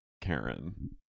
Karen